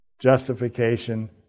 Justification